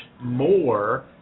more